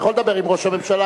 אתה יכול לדבר עם ראש הממשלה,